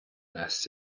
nests